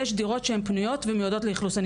יש דירות שהן פנויות ומיועדות לאכלוס.